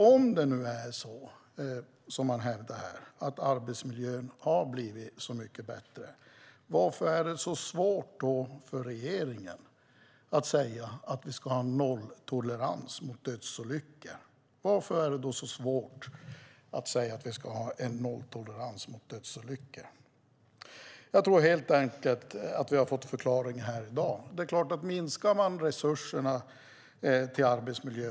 Om det nu är som man hävdar, att arbetsmiljön har blivit mycket bättre, varför är det då svårt för regeringen att säga att vi ska ha nolltolerans mot dödsolyckor? Varför är det svårt att säga det? Jag tror helt enkelt att vi har fått förklaringen här i dag.